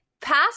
past